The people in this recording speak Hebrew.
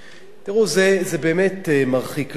תראו, זה באמת מרחיק לכת.